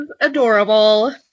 adorable